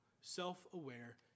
self-aware